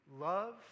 love